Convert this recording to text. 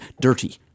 dirty